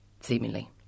seemingly